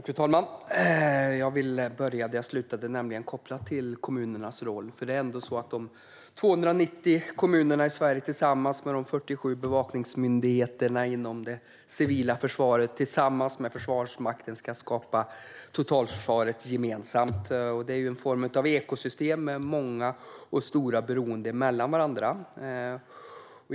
Fru talman! Jag vill börja där jag slutade, nämligen med kommunernas roll. Det är ändå så att de 290 kommunerna i Sverige, tillsammans med de 47 bevakningsmyndigheterna inom det civila försvaret och tillsammans med Försvarsmakten, ska skapa totalförsvaret gemensamt. Det är en form av ekosystem med många och stora beroenden mellan delarna.